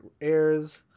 airs